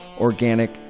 organic